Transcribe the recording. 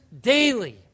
daily